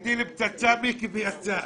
מיקי הטיל פצצה ויצא.